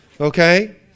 Okay